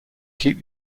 keep